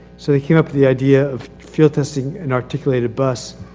so they came up with the idea of field-testing an articulated bus,